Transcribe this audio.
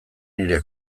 nire